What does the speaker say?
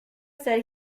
said